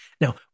Now